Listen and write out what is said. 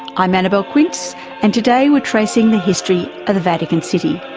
i'm annabelle quince and today we're tracing the history of the vatican city.